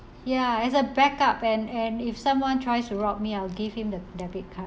ya as a backup and and if someone tries to rob me I'll give him the debit card